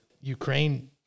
Ukraine